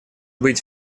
быть